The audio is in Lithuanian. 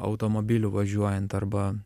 automobiliu važiuojant arba